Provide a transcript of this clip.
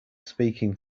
speaking